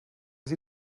sie